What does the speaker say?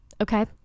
okay